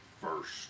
First